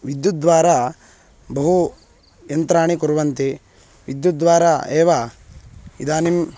विद्युद्वारा बहूनि यन्त्राणि कुर्वन्ति विद्युद्वारा एव इदानीम्